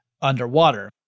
underwater